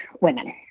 women